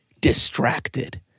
distracted